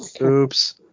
Oops